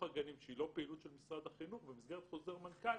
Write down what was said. הגנים שהיא לא פעילות של משרד החינוך במסגרת חוזר מנכ"ל,